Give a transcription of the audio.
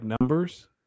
numbers